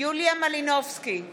יוליה מלינובסקי קונין,